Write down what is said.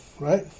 Right